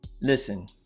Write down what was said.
listen